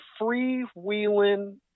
freewheeling